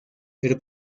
pero